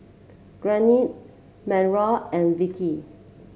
Gardne Mauro and Vickie